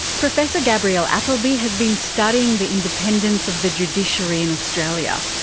professor gabrielle appleby has been studying the independence of the judiciary in australia.